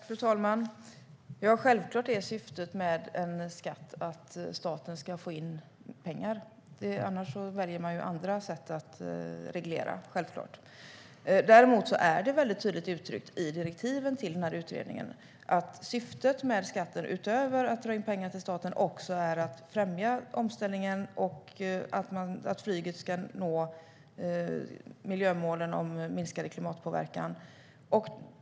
Fru talman! Självklart är syftet med en skatt att staten ska få in pengar. Annars väljer man andra sätt att reglera inkomster. Det är tydligt uttryckt i direktiven till utredningen att syftet med skatten utöver att dra in pengar till staten också är att främja omställningen och att flyget ska nå miljömålen om minskad klimatpåverkan.